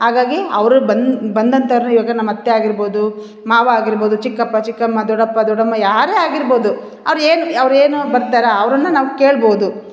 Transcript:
ಹಾಗಾಗಿ ಅವ್ರವ್ರು ಬಂದು ಬಂದಂತವರು ಇವಾಗ ನಮ್ಮ ಅತ್ತೆ ಆಗಿರ್ಬೋದು ಮಾವ ಆಗಿರ್ಬೋದು ಚಿಕ್ಕಪ್ಪ ಚಿಕ್ಕಮ್ಮ ದೊಡಪ್ಪ ದೊಡಮ್ಮ ಯಾರೆ ಆಗಿರ್ಬೋದು ಅವ್ರು ಏನು ಅವ್ರು ಏನು ಬರ್ತಾರ ಅವ್ರನ್ನು ನಾವು ಕೇಳ್ಬೋದು